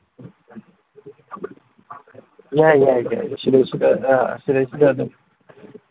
ꯌꯥꯏ ꯌꯥꯏ ꯌꯥꯏ ꯁꯤꯗꯩꯁꯤꯗ ꯁꯤꯗꯩꯁꯤꯗ ꯑꯗꯨꯝ